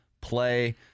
play